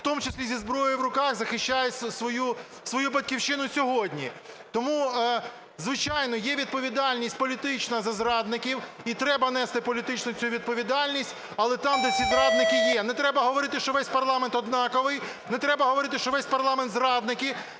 в тому числі із зброєю в руках, захищають свою Батьківщину сьогодні. Тому, звичайно, є відповідальність політична за зрадників, і треба нести політичну цю відповідальність, але там, де ці зрадники є. Не треба говорити, що весь парламент однаковий. Не треба говорити, що весь парламент зрадники.